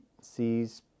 sees